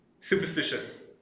Superstitious